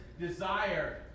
desire